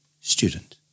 Student